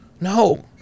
No